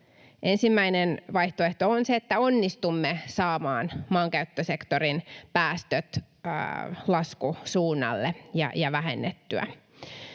Ensimmäinen vaihtoehto on se, että onnistumme saamaan maankäyttösektorin päästöt laskusuunnalle ja vähennettyä